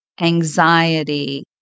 anxiety